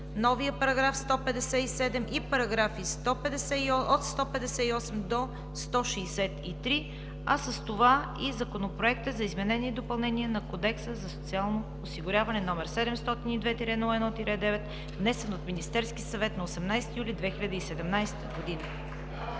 новият § 157 и параграфи от 158 до 163, а с това и Законопроектът за изменение и допълнение на Кодекса за социално осигуряване, № 702-01-9, внесен от Министерския съвет на 18 юли 2017 г.